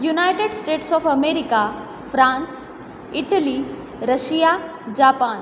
United States of America France Italy Russia Japan